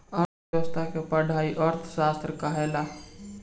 अर्थ्व्यवस्था के पढ़ाई अर्थशास्त्र कहाला